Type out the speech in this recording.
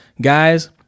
guys